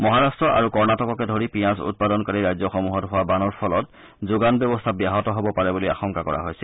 মহাৰাষ্ট্ৰ আৰু কৰ্ণাটককে ধৰি পিয়াজ উৎপাদনকাৰী ৰাজ্যসমূহত হোৱা বানৰ ফলত যোগান ব্যৱস্থা ব্যাহত হ'ব পাৰে বুলি আশংকা কৰা হৈছিল